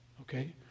okay